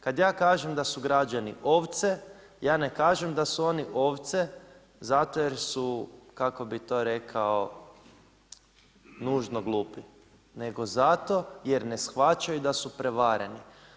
Kad ja kažem da su građani ovce, ja ne kažem da su oni ovce zato jer su, kako bih to rekao nužno glupi, nego zato jer ne shvaćaju da su prevareni.